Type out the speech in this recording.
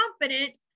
confident